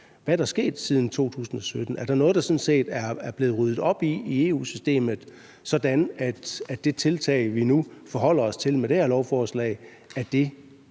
Hvad er der sket siden 2017? Er der noget, der er blevet ryddet op i, i EU-systemet, sådan at det tiltag, vi nu forholder os til med det her lovforslag, er det,